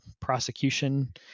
prosecution